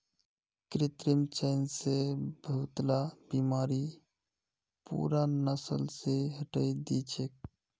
कृत्रिम चयन स बहुतला बीमारि पूरा नस्ल स हटई दी छेक